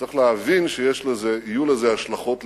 צריך להבין שיהיו לזה השלכות לגבינו,